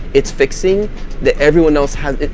it's fixing that everyone else has,